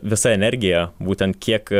visa energija būtent kiek